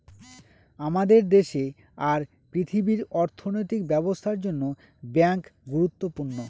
আমাদের দেশে আর পৃথিবীর অর্থনৈতিক ব্যবস্থার জন্য ব্যাঙ্ক গুরুত্বপূর্ণ